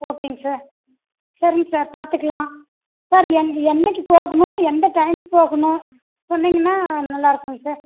ஓகேங்க சார் சரி சார் பார்த்துக்குலாம் சார் என்னைக்கு போகணும் எந்த டைமுக்கு போகணும் சொன்னிங்கன்னா நல்லாயிருக்குங்க சார்